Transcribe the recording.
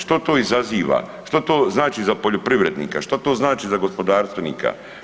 Što to izaziva, što to znači za poljoprivrednika, što to znači za gospodarstvenika?